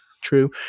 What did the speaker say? true